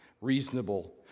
reasonable